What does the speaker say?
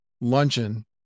luncheon